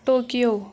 Tokyo